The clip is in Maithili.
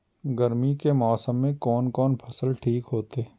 गर्मी के मौसम में कोन कोन फसल ठीक होते?